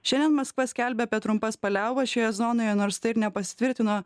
šiandien maskva skelbia apie trumpas paliaubas šioje zonoje nors tai ir nepasitvirtino